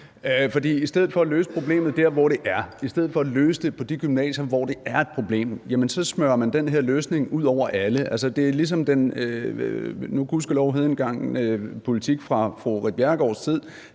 i stedet for at løse problemet der, hvor det er, i stedet for at løse det på de gymnasier, hvor det er et problem, så smører man den her løsning ud over alle. Altså, det er ligesom den nu gudskelov hedengangne politik fra fru Ritt Bjerregaards tid: